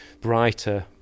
brighter